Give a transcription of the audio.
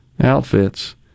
outfits